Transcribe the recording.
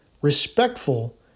respectful